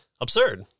absurd